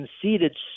conceded